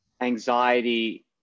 anxiety